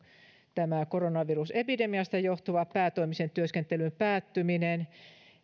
tämä koronavirusepidemiasta johtuva päätoimisen työskentelyn päättyminen